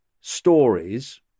stories